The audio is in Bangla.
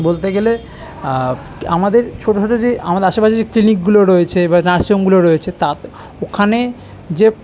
বলতে গেলে আমাদের ছোটো ছোটো যে আমাদের আশেপাশে যে ক্লিনিকগুলো রয়েছে বা নার্সিং হোমগুলো রয়েছে তা ওখানে যে